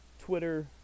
twitter